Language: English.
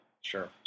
Sure